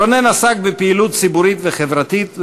רונן עסק בפעילות ציבורית וחברתית,